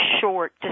short